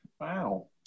Wow